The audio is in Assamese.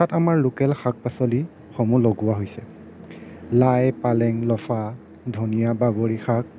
তাত আমাৰ লোকেল শাক পাচলিসমূহ লগোৱা হৈছে লাই পালেং লফা ধনীয়া বাবৰি শাক